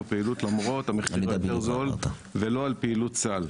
פעילות למרות המחיר היותר זול ולא על פעילות סל.